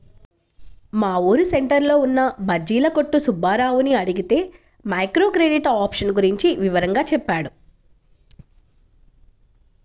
మా ఊరు సెంటర్లో ఉన్న బజ్జీల కొట్టు సుబ్బారావుని అడిగితే మైక్రో క్రెడిట్ ఆప్షన్ గురించి వివరంగా చెప్పాడు